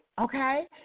okay